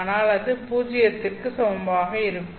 அதனால் அது பூஜ்ஜியத்திற்க்கு சமமாக இருக்கும்